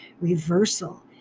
reversal